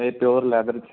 ਇਹ pure leather 'ਚ